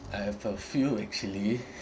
I have a few actually